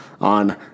on